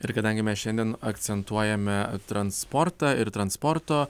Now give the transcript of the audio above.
ir kadangi mes šiandien akcentuojame transportą ir transporto